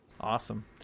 Awesome